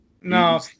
No